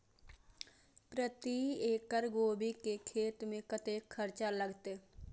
प्रति एकड़ गोभी के खेत में कतेक खर्चा लगते?